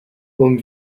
home